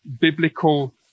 biblical